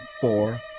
four